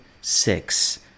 six